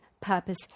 purpose